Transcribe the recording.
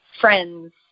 friends